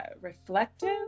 reflective